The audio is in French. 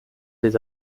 des